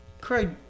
Craig